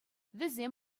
вӗсем